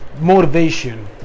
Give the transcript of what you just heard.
motivation